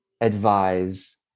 advise